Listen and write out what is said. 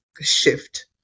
shift